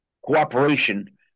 cooperation